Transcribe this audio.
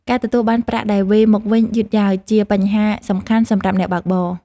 ការទទួលបានប្រាក់ដែលវេរមកវិញយឺតយ៉ាវ ជាបញ្ហាសំខាន់សម្រាប់អ្នកបើកបរ។